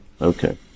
Okay